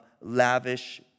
lavish